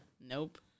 Nope